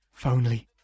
Phonely